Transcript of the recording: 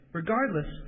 regardless